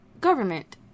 Government